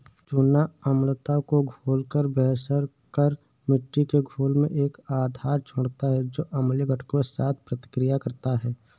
चूना अम्लता को घोलकर बेअसर कर मिट्टी के घोल में एक आधार छोड़ता है जो अम्लीय घटकों के साथ प्रतिक्रिया करता है